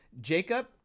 Jacob